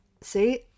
See